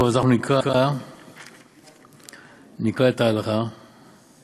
טוב, אז אנחנו נקרא את ההלכה או